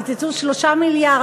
קיצצו 3 מיליארד,